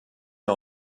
nur